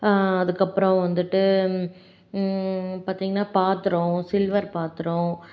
அதுக்கப்புறம் வந்துட்டு பார்த்தீங்கன்னா பாத்திரம் சில்வர் பாத்திரம்